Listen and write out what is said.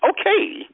okay